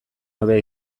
hobea